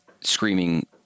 screaming